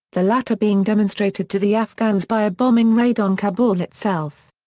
the latter being demonstrated to the afghans by a bombing raid on kabul itself.